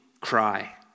cry